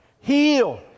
heal